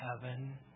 heaven